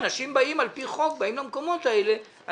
אנשים באים למקומות האלה על-פי חוק,